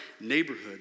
neighborhood